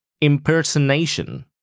impersonation